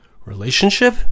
relationship